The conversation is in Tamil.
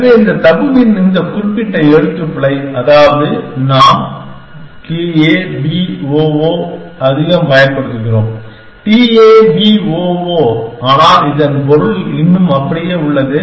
எனவே தபுவின் இந்த குறிப்பிட்ட எழுத்துப்பிழை அதாவது நாம் t a b o o அதிகம் பயன்படுகிறோம் t a b o o ஆனால் இதன் பொருள் இன்னும் அப்படியே உள்ளது